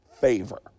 favor